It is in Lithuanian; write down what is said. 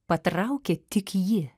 patraukė tik ji